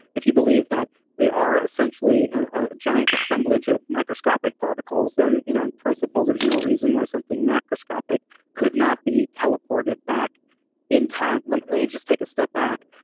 if you believe that we are essentially a giant assemblage of microscopic particles then you know in principle, there's no reason why something macroscopic could not be teleported back in time. let me just take a step back.